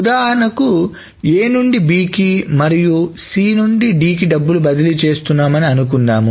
ఉదాహరణకి A నుండి B కి మరియు C నుండి D కి డబ్బు బదిలీ చేస్తున్నాము అనుకుందాం